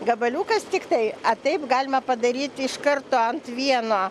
gabaliukas tiktai taip galima padaryti iš karto ant vieno